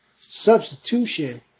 substitution